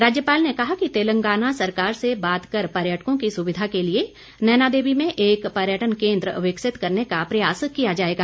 राज्यपाल ने कहा कि तेलंगाना सरकार से बात कर पर्यटकों की सुविधा के लिए नैनादेवी में एक पर्यटन केन्द्र विकसित करने का प्रयास किया जाएगा